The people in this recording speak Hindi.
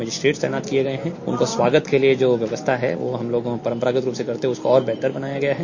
मजिस्ट्रेट तैनात किये गये है उनके स्वागत के लिये जो व्यवस्थाएं है वह हम लोग परम्परागत रूप से और बेहतर बनाया गया है